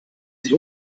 sich